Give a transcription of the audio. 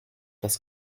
das